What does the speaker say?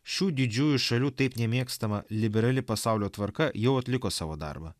šių didžiųjų šalių taip nemėgstama liberali pasaulio tvarka jau atliko savo darbą